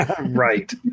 right